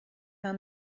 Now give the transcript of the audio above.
herr